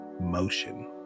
motion